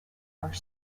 are